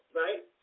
right